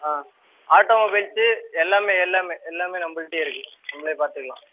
ஆ automobiles எல்லாம் எல்லாம் எல்லாம் நம்மள்ட்டயே இருக்கு நம்மளே பார்த்துக்கலாம்